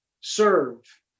serve